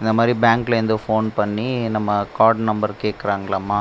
இந்தமாதிரி பேங்க்லேருந்து ஃபோன் பண்ணி நம்ம கார்ட் நம்பர் கேக்கிறாங்கலாமா